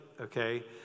okay